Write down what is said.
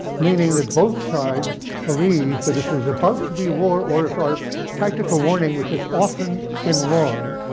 meaning that both sides believe that if there is about to be a war or if our tactical warning, which has often been wrong,